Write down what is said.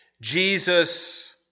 Jesus